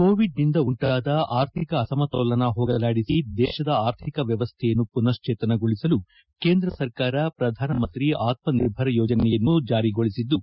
ಕೋವಿಡ್ನಿಂದ ಉಂಟಾದ ಅರ್ಥಿಕ ಅಸಮತೋಲನ ಹೋಗಲಾಡಿಸಿ ದೇಶದ ಅರ್ಥಿಕ ವ್ಯವಸ್ಥೆಯನ್ನು ಪುನಃಶ್ವೇತನಗೊಳಿಸಲು ಕೇಂದ್ರ ಸರ್ಕಾರ ಪ್ರಧಾನಮಂತ್ರಿ ಆತ್ಮಿರ್ಭರ ಯೋಜನೆಯನ್ನು ಜಾರಿಗೊಳಿಸಿದ್ದು